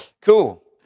Cool